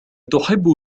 تحب